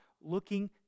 looking